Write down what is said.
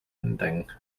ending